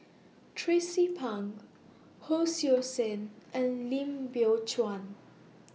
Tracie Pang Hon Sui Sen and Lim Biow Chuan